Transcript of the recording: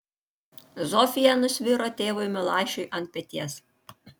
zofija nusviro tėvui milašiui ant peties